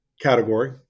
category